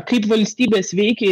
kaip valstybės veikia